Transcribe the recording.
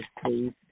please